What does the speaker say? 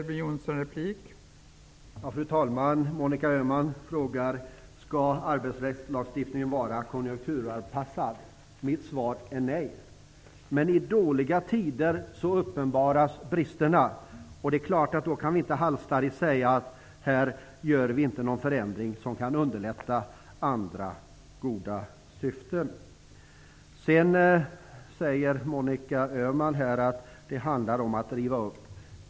Fru talman! Monica Öhman frågar: Skall arbetsrättslagstiftningen vara konjunkturanpassad? Mitt svar är nej. Men i dåliga tider uppenbaras bristerna. Då kan vi inte halsstarrigt säga: Här gör vi inte någon förändring som kan underlätta andra goda syften. Sedan säger Monica Öhman att det handlar om att riva upp.